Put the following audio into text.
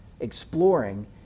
exploring